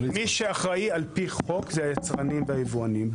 מי שאחראי על פי חוק זה היצרנים והיבואנים.